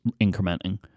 incrementing